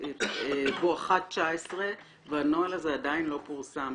בואכה 2019 והנוהל הזה עדיין לא פורסם.